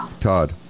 Todd